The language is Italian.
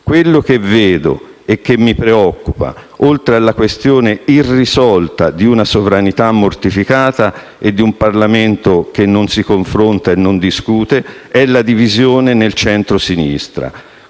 Quello che vedo e che mi preoccupa, oltre alla questione irrisolta di una sovranità mortificata e di un Parlamento che non si confronta e non discute, è la divisione nel centrosinistra.